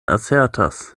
asertas